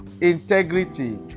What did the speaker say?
integrity